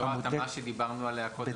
זו ההגדרה שדיברנו עליה קודם.